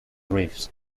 riffs